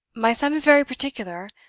my son is very particular.